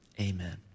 Amen